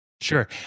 Sure